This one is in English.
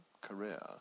career